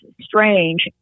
strange